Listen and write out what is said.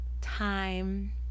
time